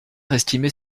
estimait